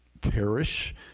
perish